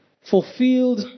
fulfilled